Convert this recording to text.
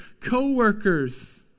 co-workers